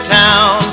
town